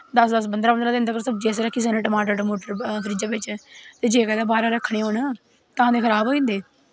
दस दस पंदरां पंदरां दिन तक्कर सब्जी अस रक्खी सकने टमाटर टमूटर फ्रिज्जै बिच्च ते जे बाह्र रक्खने होन तां ते खराब होई जंदे